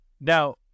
now